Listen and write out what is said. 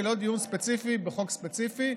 ולא דיון ספציפי בחוק ספציפי,